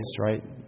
right